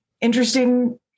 interesting